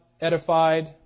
edified